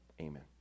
Amen